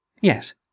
Yes